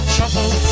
Trouble